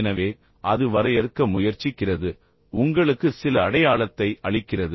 எனவே அது வரையறுக்க முயற்சிக்கிறது உங்களுக்கு சில அடையாளத்தை அளிக்கிறது